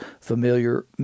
familiar